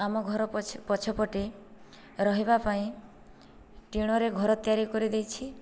ଆମ ଘର ପଛପଟେ ରହିବା ପାଇଁ ଟିଣରେ ଘର ତିଆରି କରିଦେଇଛି